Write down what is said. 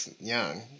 young